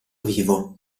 vivo